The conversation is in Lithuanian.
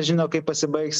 žino kaip pasibaigs